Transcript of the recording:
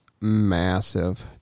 massive